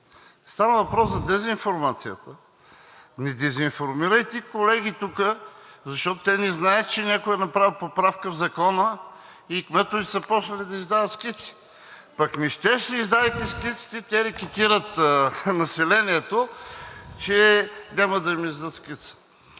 става въпрос за дезинформацията, ами дезинформирайте колегите тук, защото те не знаят, че някой е направил поправка в закона и кметовете са започнали да издават скици, пък не щеш ли, издавайки скиците, те рекетират населението, че няма да им издадат скица.